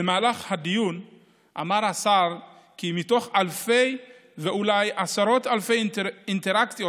במהלך הדיון אמר השר כי "מתוך אלפי ואולי עשרות אלפי אינטראקציות,